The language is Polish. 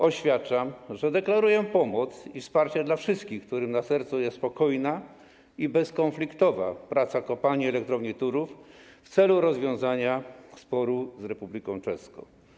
Oświadczam, że deklaruję pomoc i wsparcie dla wszystkich, którym na sercu jest spokojna i bezkonfliktowa praca kopalni i elektrowni Turów w celu rozwiązania sporu z Republiką Czeską.